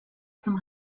zum